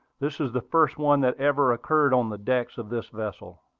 this is the first one that ever occurred on the decks of this vessel,